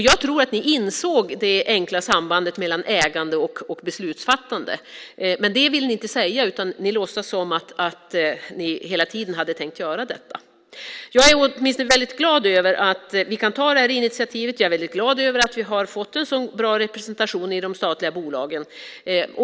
Jag tror att ni insåg det enkla sambandet mellan ägande och beslutsfattande, men det vill ni inte säga. Ni låtsas som om ni hela tiden hade tänkt göra detta. Jag är åtminstone väldigt glad över att vi kan ta det här initiativet. Jag är väldigt glad över att vi har fått en så bra representation i de statliga bolagen.